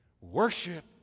Worship